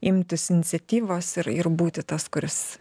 imtis iniciatyvos ir ir būti tas kuris